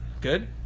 Good